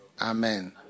Amen